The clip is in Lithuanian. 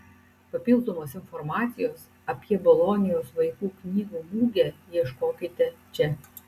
papildomos informacijos apie bolonijos vaikų knygų mugę ieškokite čia